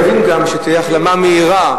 אנחנו מקווים שתהיה החלמה מהירה,